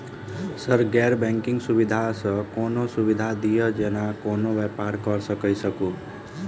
Sir गैर banking सुविधा सँ कोनों सुविधा दिए जेना कोनो व्यापार करऽ सकु?